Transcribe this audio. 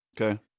Okay